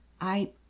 I